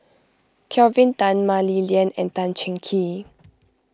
Kelvin Tan Mah Li Lian and Tan Cheng Kee